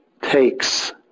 takes